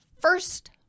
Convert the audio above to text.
first